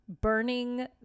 burning